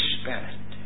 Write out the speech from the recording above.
Spirit